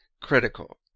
critical